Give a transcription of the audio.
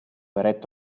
eretto